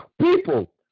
People